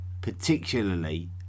particularly